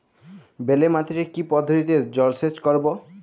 বেলে মাটিতে কি পদ্ধতিতে জলসেচ করব?